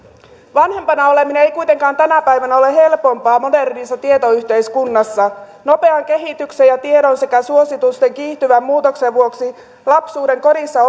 vanhempana oleminen ei kuitenkaan tänä päivänä ole helpompaa modernissa tietoyhteiskunnassa nopean kehityksen ja tiedon sekä suositusten kiihtyvän muutoksen vuoksi lapsuudenkodissa